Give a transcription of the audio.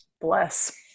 Bless